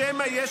"או שמא יש